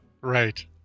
Right